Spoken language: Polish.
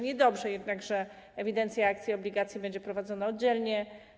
Niedobrze jednak, że ewidencja akcji i obligacji będzie prowadzona oddzielnie.